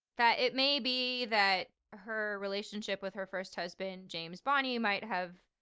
that it may be that her relationship with her first husband james bonny, might have,